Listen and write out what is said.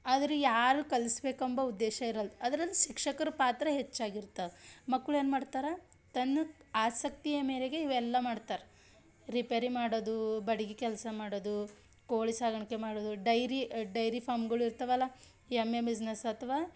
ಆದರೆ ಯಾರೂ ಕಲ್ಸ್ಬೇಕೆಂಬ ಉದ್ದೇಶ ಇರಲ್ಲ ಅದ್ರಲ್ಲಿ ಶಿಕ್ಷಕರ ಪಾತ್ರ ಹೆಚ್ಚಾಗಿರ್ತೆ ಮಕ್ಕಳು ಏನು ಮಾಡ್ತಾರೆ ತನ್ನ ಆಸಕ್ತಿಯ ಮೇರೆಗೆ ಇವೆಲ್ಲ ಮಾಡ್ತಾರೆ ರಿಪೇರಿ ಮಾಡೋದು ಬಡಗಿ ಕೆಲಸ ಮಾಡೋದು ಕೋಳಿ ಸಾಕಣ್ಕೆ ಮಾಡೋದು ಡೈರಿ ಡೈರಿ ಫಾಮ್ಗಳು ಇರ್ತವಲ್ಲ ಎಮ್ಮೆ ಬಿಸ್ನೆಸ್ ಅಥವಾ